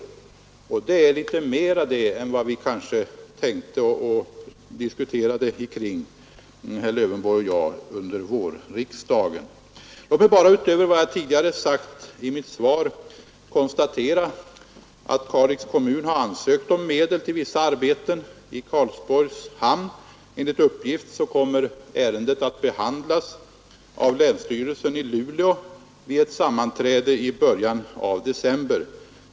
Det är litet mer än vi tänkte oss, när vi diskuterade under vårriksdagen, herr Lövenborg och jag. Låt mig bara utöver vad jag tidigare sagt i mitt svar konstatera, att Kalix kommun har ansökt om medel till vissa arbeten i Karlsborgs hamn. Enligt uppgift kommer ärendet att behandlas av länsstyrelsen i Luleå vid ett sammanträde i början av december.